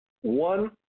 one